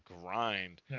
grind